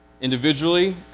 individually